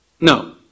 No